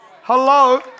Hello